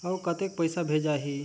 अउ कतेक पइसा भेजाही?